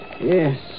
Yes